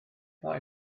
mae